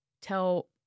tell